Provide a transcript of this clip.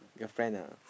girlfriend ah